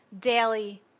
daily